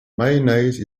mayonnaise